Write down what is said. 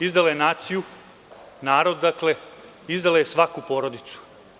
Izdala je naciju, narod, izdala je svaku porodicu.